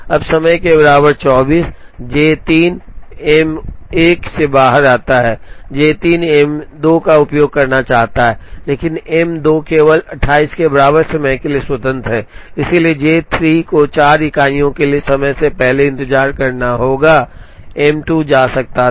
अब समय के बराबर 24 J 3 M 1 से बाहर आता है और J 3 M 2 का उपयोग करना चाहता है लेकिन M 2 केवल 28 के बराबर समय के लिए स्वतंत्र है इसलिए J 3 को 4 इकाइयों के लिए समय से पहले इंतजार करना होगा म 2 जा सकता था